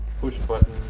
push-button